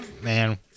Man